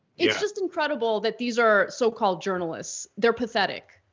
it's just incredible that these are so called journalists. they're pathetic.